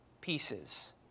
pieces